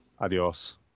Adios